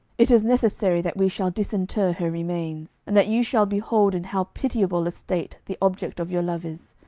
it is necessary that we shall disinter her remains, and that you shall behold in how pitiable a state the object of your love is.